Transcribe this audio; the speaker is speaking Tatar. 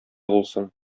булсын